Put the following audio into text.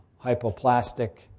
hypoplastic